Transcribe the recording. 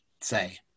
say